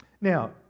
Now